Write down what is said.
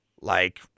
like-